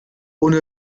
ohne